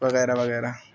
وغیرہ وغیرہ